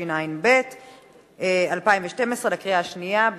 התשע"ב 2012, בקריאה שנייה.